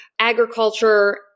agriculture